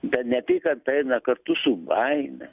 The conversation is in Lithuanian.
bet neapykanta eina kartu su baime